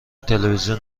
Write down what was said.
تلویزیون